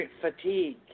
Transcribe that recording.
fatigue